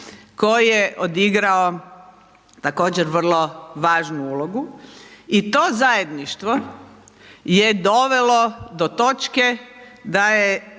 koji je odigrao također vrlo važnu ulogu i to zajedništvo je dovelo do točke da je